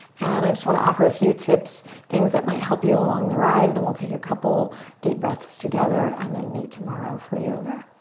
and i just want to offer a few tips, things that might help you along the ride then we'll take a couple deep breaths together and then meet tomorrow for yoga.